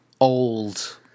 old